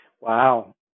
Wow